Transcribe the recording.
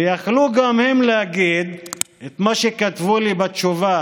ויכלו גם הם להגיד את מה שכתבו לי בתשובה